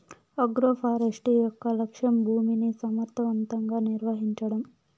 agroforestry యొక్క లక్ష్యం భూమిని సమర్ధవంతంగా నిర్వహించడం